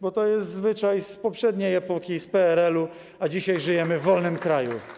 bo to jest zwyczaj z poprzedniej epoki, z PRL-u, a dzisiaj żyjemy w wolnym kraju.